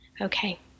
Okay